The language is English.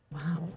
Wow